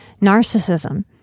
narcissism